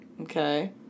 Okay